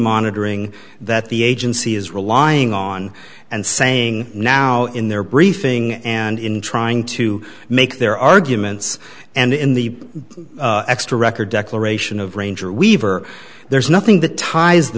monitoring that the agency is relying on and saying now in their briefing and in trying to make their arguments and in the extra record declaration of ranger weaver there's nothing that ties the